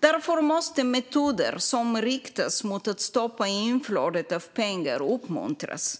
Därför måste metoder som riktas mot att stoppa inflödet av pengar uppmuntras.